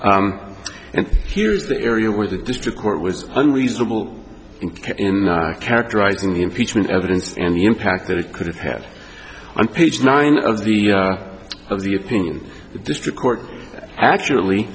l and here is the area where the district court was unreasonable in characterizing the impeachment evidence and the impact that it could have had on page nine of the of the opinion the district court actually